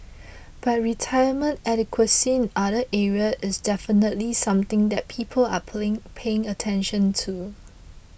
but retirement adequacy in other area is definitely something that people are playing paying attention to